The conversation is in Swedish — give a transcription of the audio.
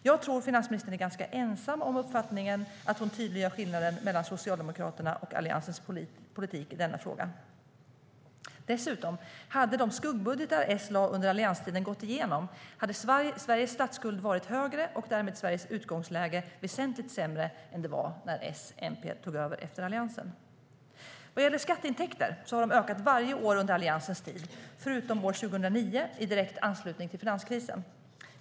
Jag tror att finansministern är ganska ensam om uppfattningen att hon tydliggör skillnaden mellan Socialdemokraternas och Alliansens politik i denna fråga. Om de skuggbudgetar som S lade under allianstiden dessutom hade gått igenom hade Sveriges statsskuld varit högre och Sveriges utgångsläge därmed väsentligt sämre än det var när Socialdemokraterna och Miljöpartiet tog över efter Alliansen. Vad gäller skatteintäkter har de ökat varje år under Alliansens tid, förutom 2009 i direkt anslutning till finanskrisen.